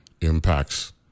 impacts